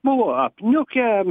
buvo apniukę